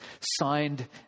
signed